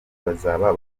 bazaba